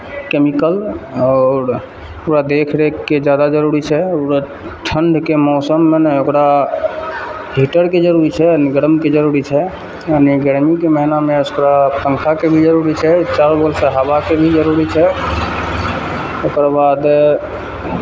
chemical आओर पूरा देखरेखके जादा जरूरी छै और ठण्डके मौसममे ने ओकरा हीटरके जरूरी छै गरमके जरूरी छै आओर गरमीके महिनामे ओकरा पङ्खाके भी जरूरी छै चारू बगलसँ हवाके भी जरूरी छै ओकर बाद